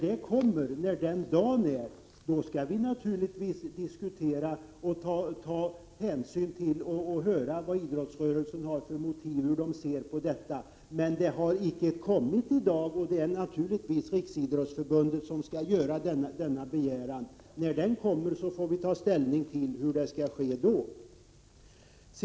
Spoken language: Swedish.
1987/88:130 dagen kommer skall vi naturligtvis diskutera och höra vad idrottsrörelsen har för motiv och hur de ser på detta. Men något förslag har icke kommit än. Det är naturligtvis Riksidrottsförbundet som skall göra denna begäran. När den kommer får vi ta ställning till vad som skall ske.